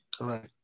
right